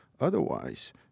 Otherwise